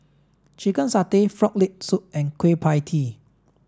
chicken satay frog leg soup and Kueh Pie Tee